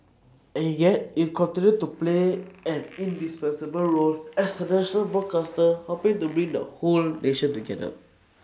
and yet it'll continue to play an indispensable role as the national broadcaster helping to bring the whole nation together